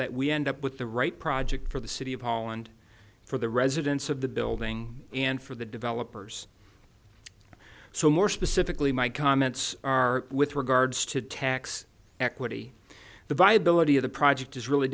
that we end up with the right project for the city of holland for the residents of the building and for the developers so more specifically my comments are with regards to tax equity the viability of the project is really